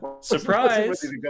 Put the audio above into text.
Surprise